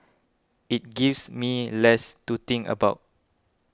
it gives me less to think about